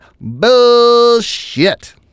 bullshit